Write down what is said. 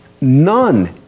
none